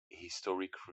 historic